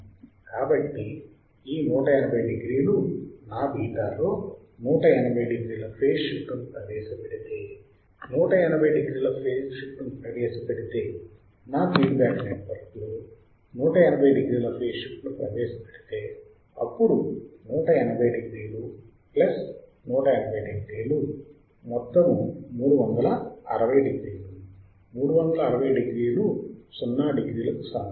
కాబట్టి ఈ 180 డిగ్రీలు నా β లో 180 డిగ్రీల ఫేజ్ షిఫ్ట్ను ప్రవేశపెడితే 180 డిగ్రీల ఫేజ్ షిఫ్ట్ను ప్రవేశపెడితే నా ఫీడ్ బ్యాక్ నెట్వర్క్ లో 180 డిగ్రీల ఫేజ్ షిఫ్ట్ను ప్రవేశపెడితే అప్పుడు 180 డిగ్రీలు ప్లస్ 180 డిగ్రీలు అప్పుడు 360 డిగ్రీలు 360 డిగ్రీలు 0 డిగ్రీలకు సమానము